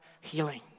healing